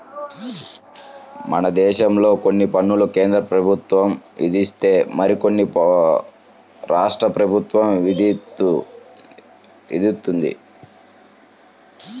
మనదేశంలో కొన్ని పన్నులు కేంద్రప్రభుత్వం విధిస్తే మరికొన్ని రాష్ట్ర ప్రభుత్వం విధిత్తది